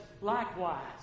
likewise